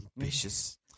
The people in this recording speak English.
ambitious